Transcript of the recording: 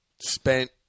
spent